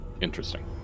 Interesting